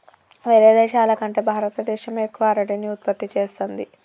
వేరే దేశాల కంటే భారత దేశమే ఎక్కువ అరటిని ఉత్పత్తి చేస్తంది